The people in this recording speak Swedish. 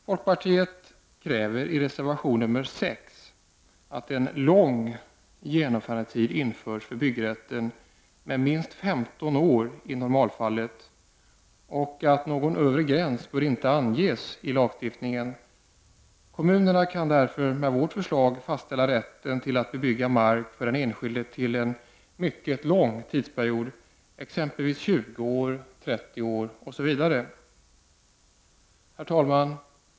Folkpartiet kräver i reservation nr 6 att en lång genomförandetid införes för byggrätten, med minst 15 år i normalfallet, och att någon övre gräns inte bör anges i lagstiftningen. Kommunerna kan därför med vårt förslag fastställa rätten att bebygga mark för den enskilde till en mycket lång tidsperiod, exempelvis 20 år, 30 år osv.